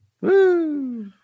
Woo